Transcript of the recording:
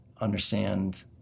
understand